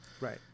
Right